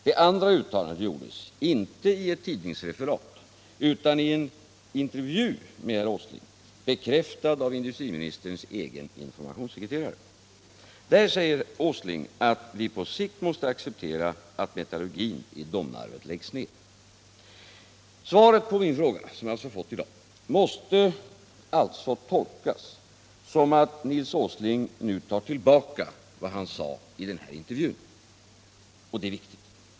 Det andra uttalandet gjordes inte i ett tidningsreferat utan i en intervju med herr Åsling, bekräftad av industriministerns egen informationssekreterare. Där säger herr Åsling att vi på sikt måste acceptera att metallurgin i Domnarvet läggs ner. Svaret som jag har fått i dag måste alltså tolkas så att Nils Åsling nu tar tillbaka vad han sade i intervjun, och det är viktigt.